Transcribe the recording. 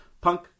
punk